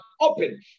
open